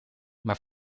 maar